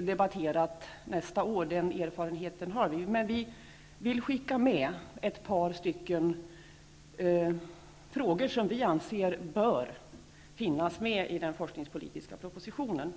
debatterat nästa år -- den erfarenheten har vi. Men vi vill skicka med ett par saker som vi anser bör finnas med i den forskningspolitiska propositionen.